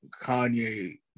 Kanye